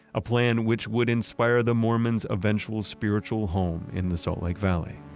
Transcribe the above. a plan which would inspire the mormons' eventual spiritual home in the salt lake valley.